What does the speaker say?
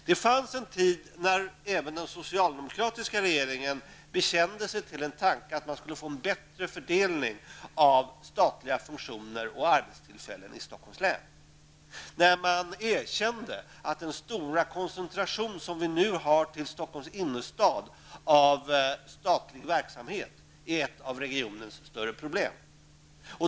Det fanns en tid när även den socialdemokratiska regeringen ställde sig bakom tanken på att åstadkomma en bättre fördelning av statliga funktioner och arbetstillfällen i Stockholms län. Man erkände då att den stora koncentration som vi nu har till Stockholms innerstad av statlig verksamhet är ett av regionens större problem.